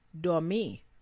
dormi